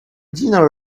dinner